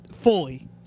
fully